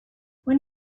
when